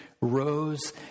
rose